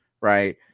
Right